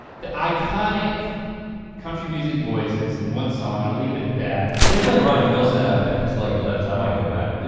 the iconic country music voices in one song, i'll leave it at that. if they play ronnie milsap at the slug and lettuce, i might go back.